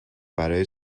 برای